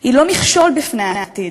היא לא מכשול בפני העתיד,